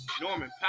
Norman